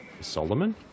Solomon